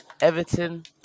Everton